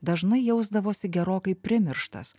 dažnai jausdavosi gerokai primirštas